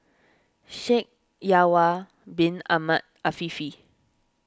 Shaikh Yahya Bin Ahmed Afifi